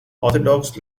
orthodox